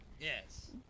Yes